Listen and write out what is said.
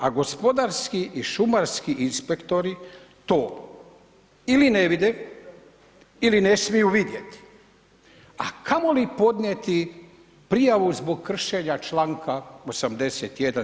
A gospodarski i šumarski inspektori to ili ne vide ili ne smiju vidjeti a kamoli podnijeti prijavu zbog kršenja članka 81.